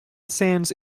sands